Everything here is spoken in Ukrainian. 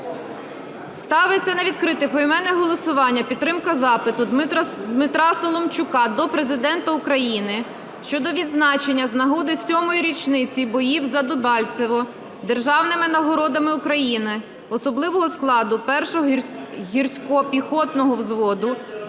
Ставиться на відкрите поіменне голосування підтримка запиту Дмитра Соломчука до Президента України щодо відзначення з нагоди сьомої річниці боїв за Дебальцеве державними нагородами України особового складу 1 гірсько-піхотного взводу